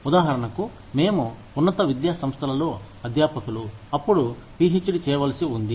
ఉదాహరణకు మేము ఉన్నత విద్యా సంస్థలలో అధ్యాపకులు అప్పుడు పిహెచ్డి చేయవలసి ఉంది